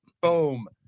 Boom